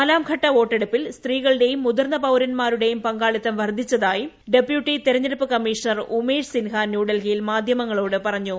നാലാം ഘട്ട വോട്ടെടുപ്പിൽ മുതിർന്ന പൌരന്മാരുടെയും പങ്കാളിത്തം വർദ്ധിച്ചതായി ഡെപ്യൂട്ടി തെരഞ്ഞെടുപ്പ് കമ്മീഷർ ഉമേഷ് സിൻഹ ന്യൂഡൽഹിയിൽ മാധ്യമങ്ങളോട് പറഞ്ഞു